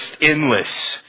endless